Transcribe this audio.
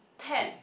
Ted